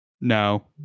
No